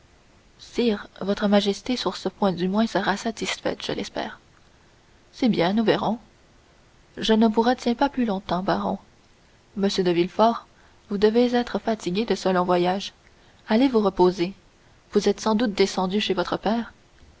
sire votre majesté sur ce point du moins sera satisfaite je l'espère c'est bien nous verrons je ne vous retiens pas plus longtemps baron monsieur de villefort vous devez être fatigué de ce long voyage allez vous reposer vous êtes sans doute descendu chez votre père